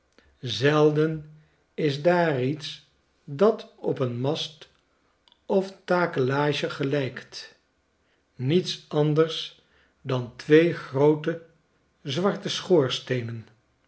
zelden is daar iets dat op een mast of takelage gelijkt niets anders dan twee groote zwarte